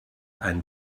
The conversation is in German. ein